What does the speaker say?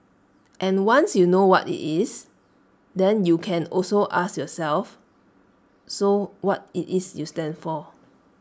and once you know what IT is then you can also ask yourself so what is IT you stand for